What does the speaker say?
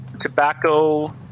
Tobacco